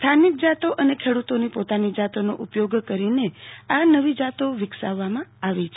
સ્થાનિક જાતો અને ખેડૂતોની પોતાની જાતોનો ઉપયોગ કરીને આ નવી જાતો વિકસાવવામાં આવી છે